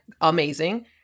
amazing